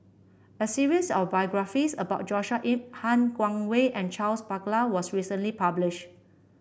a series of biographies about Joshua Ip Han Guangwei and Charles Paglar was recently published